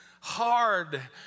hard